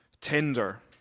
tender